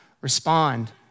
respond